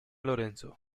lorenzo